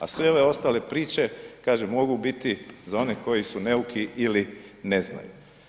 A sve ove ostale priče kažem mogu biti za one koji su neuki ili ne znaju.